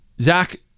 Zach